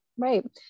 right